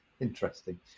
Interesting